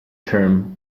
term